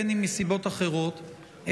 בין אם מסיבות אחרות,